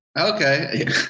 Okay